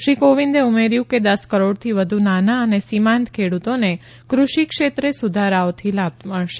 શ્રી કોવિંદે ઉમેર્યું કે દસ કરોડથી વધુ નાના અને સીમાંત ખેડુતોને કૃષિ ક્ષેત્રે સુધારાઓથી લાભ મળશે